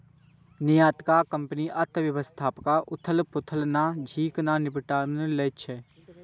निर्यातक कंपनी अर्थव्यवस्थाक उथल पुथल सं नीक सं निपटि लै छै